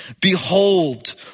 Behold